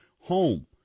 home